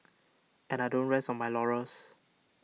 and I don't rest on my laurels